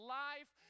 life